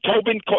Tobin